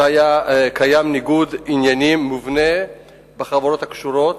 היה קיים ניגוד עניינים מובנה בחברות הקשורות,